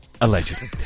Allegedly